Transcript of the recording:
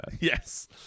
Yes